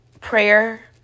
Prayer